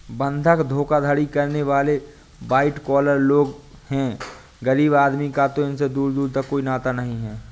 बंधक धोखाधड़ी करने वाले वाइट कॉलर लोग हैं गरीब आदमी का तो इनसे दूर दूर का कोई नाता नहीं है